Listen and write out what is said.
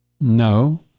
No